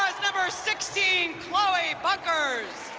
number sixteen, chloe bunkers.